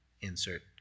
insert